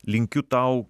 linkiu tau